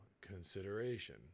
consideration